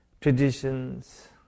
traditions